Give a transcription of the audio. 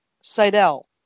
Seidel